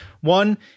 One